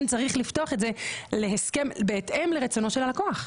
צריך לפתוח את זה להסכם בהתאם לרצונו של הלקוח.